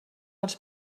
els